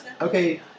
Okay